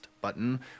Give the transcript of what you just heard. button